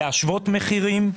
להשוות מחירים,